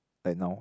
like now